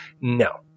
No